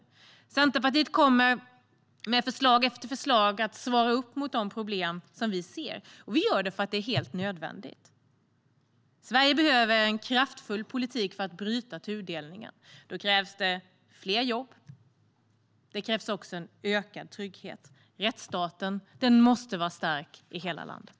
Vi i Centerpartiet kommer med förslag efter förslag att svara upp mot de problem som vi ser, och vi gör det för att det är helt nödvändigt. Sverige behöver en kraftfull politik för att bryta tudelningen. Då krävs det fler jobb. Det krävs också en ökad trygghet. Rättsstaten måste vara stark i hela landet.